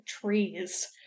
trees